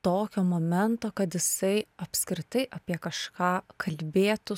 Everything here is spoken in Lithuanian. tokio momento kad jisai apskritai apie kažką kalbėtų